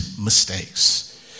mistakes